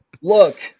look